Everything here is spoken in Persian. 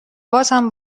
بازم